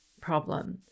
problem